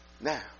Now